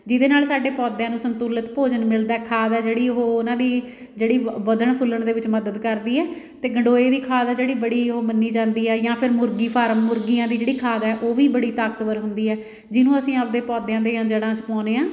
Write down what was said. ਜਿਹਦੇ ਨਾਲ ਸਾਡੇ ਪੌਦਿਆਂ ਨੂੰ ਸੰਤੁਲਿਤ ਭੋਜਨ ਮਿਲਦਾ ਖਾਦ ਆ ਜਿਹੜੀ ਉਹ ਉਹਨਾਂ ਦੀ ਜਿਹੜੀ ਵ ਵੱਧਣ ਫੁੱਲਣ ਦੇ ਵਿੱਚ ਮਦਦ ਕਰਦੀ ਹੈ ਅਤੇ ਗੰਡੋਏ ਦੀ ਖਾਦ ਆ ਜਿਹੜੀ ਬੜੀ ਉਹ ਮੰਨੀ ਜਾਂਦੀ ਆ ਜਾਂ ਫਿਰ ਮੁਰਗੀ ਫਾਰਮ ਮੁਰਗੀਆਂ ਦੀ ਜਿਹੜੀ ਖਾਦ ਆ ਉਹ ਵੀ ਬੜੀ ਤਾਕਤਵਰ ਹੁੰਦੀ ਆ ਜਿਹਨੂੰ ਅਸੀਂ ਆਪਦੇ ਪੌਦਿਆਂ ਦੀਆਂ ਜੜ੍ਹਾਂ 'ਚ ਪਾਉਂਦੇ ਹਾਂ